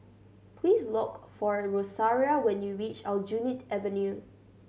please look for Rosaria when you reach Aljunied Avenue